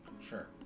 Sure